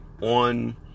on